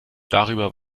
darüber